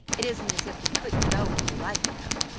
it isn't as if we couldn't go when we like, you know.